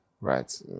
Right